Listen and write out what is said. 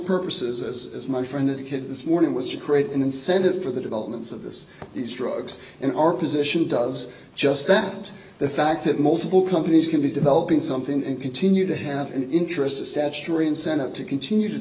purposes as as my friend had this morning was to create an incentive for the developments of this these drugs and our position does just that the fact that multiple companies can be developing something and continue to have an interest a statutory incentive to continue to